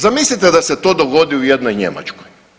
Zamislite da se to dogodi u jednoj Njemačkoj.